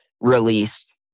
released